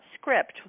script